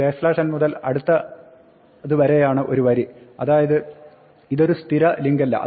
ഒരു n മുതൽ അടുത്തത് വരെയാണ് ഒരു വരി അതായത് ഇതൊരു സ്ഥിര ലിങ്കല്ല